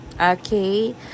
okay